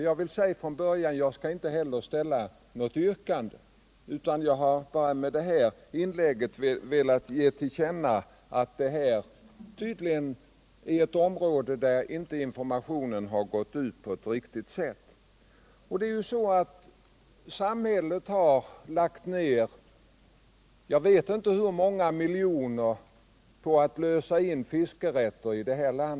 Jag skall inte heller ställa något yrkande, utan jag har med detta inlägg bara velat ge till känna att detta tydligen är ett område där informationen inte gått ut på ett riktigt sätt. Samhället har ju lagt ned, jag vet inte hur många miljoner på att lösa in fiskerätter.